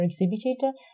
exhibited